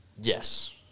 Yes